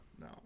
no